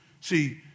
See